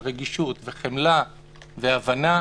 על רגישות וחמלה והבנה.